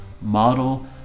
model